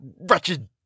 Wretched